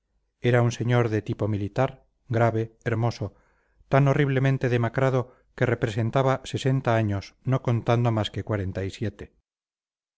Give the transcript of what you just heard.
era un señor de tipo militar grave hermoso tan horriblemente demacrado que representaba sesenta años no contando más que cuarenta y siete son